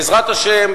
בעזרת השם,